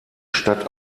stadt